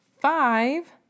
five